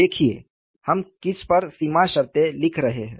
देखिए हम किस पर सिमा शर्ते लिख रहे हैं